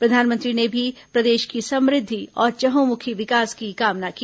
प्रधानमंत्री ने भी प्रदेश की समृद्धि और चहुंमुखी विकास की कामना की